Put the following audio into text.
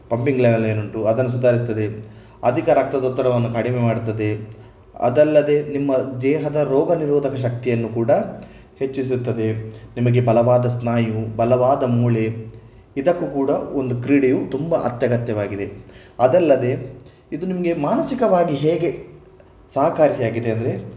pumping level ಏನುಂಟು ಅದನ್ನು ಸುಧಾರಿಸ್ತದೆ ಅಧಿಕ ರಕ್ತದೊತ್ತಡವನ್ನು ಕಡಿಮೆ ಮಾಡ್ತದೆ ಅದಲ್ಲದೆ ನಿಮ್ಮ ದೇಹದ ರೋಗನಿರೋಧಕ ಶಕ್ತಿಯನ್ನು ಕೂಡ ಹೆಚ್ಚಿಸುತ್ತದೆ ನಿಮಗೆ ಬಲವಾದ ಸ್ನಾಯು ಬಲವಾದ ಮೂಳೆ ಇದಕ್ಕೂ ಕೂಡ ಒಂದು ಕ್ರೀಡೆಯು ತುಂಬ ಅತ್ಯಗತ್ಯವಾಗಿದೆ ಅದಲ್ಲದೆ ಇದು ನಿಮಗೆ ಮಾನಸಿಕವಾಗಿ ಹೇಗೆ ಸಹಕಾರಿಯಾಗಿದೆ ಅಂದರೆ